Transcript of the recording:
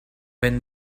when